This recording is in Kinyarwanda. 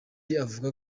avuga